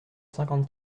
cinquante